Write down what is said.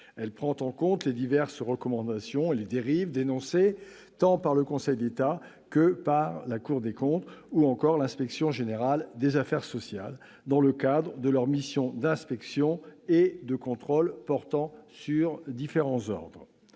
Elle prend en compte les diverses recommandations formulées et les dérives dénoncées tant par le Conseil d'État que par la Cour des comptes, ou encore par l'Inspection générale des affaires sociales, dans le cadre de leurs missions d'inspection et de contrôle portant sur différents ordres.